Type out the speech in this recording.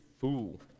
fool